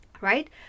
Right